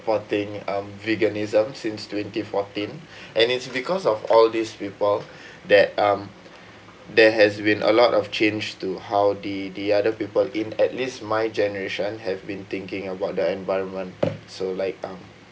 supporting veganism since twenty fourteen and it's because of all these people that um there has been a lot of change to how the the other people in at least my generation have been thinking about the environment so like um